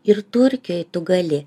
ir turkijoj tu gali